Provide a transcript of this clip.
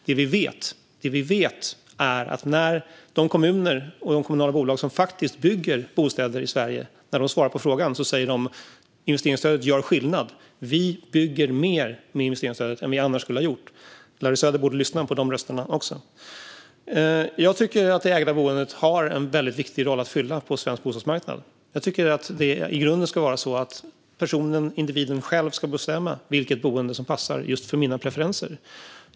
Det som vi vet är att när de kommuner och de kommunala bolag som faktiskt bygger bostäder i Sverige svarar på frågan säger de att investeringsstödet gör skillnad och att de bygger mer med investeringsstödet än vad de annars skulle ha gjort. Larry Söder borde lyssna på dessa röster också. Jag tycker att det ägda boendet har en mycket viktig roll att fylla på svensk bostadsmarknad. Jag tycker att det i grunden ska vara så att individen själv ska bestämma vilket boende som passar just hans eller hennes preferenser.